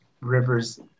Rivers